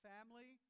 Family